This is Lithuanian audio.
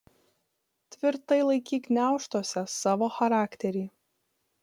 tvirtai laikyk gniaužtuose savo charakterį